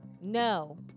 No